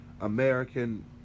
American